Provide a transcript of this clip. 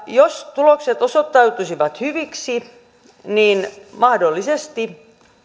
jos tulokset osoittautuisivat hyviksi niin mahdollisesti